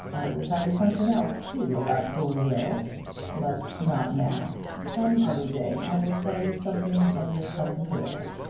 i will tell you something else, too, about poor will but not now. some other day i will tell you something of your cousin will.